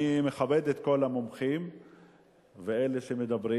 אני מכבד את כל המומחים ואלה שמדברים.